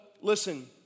listen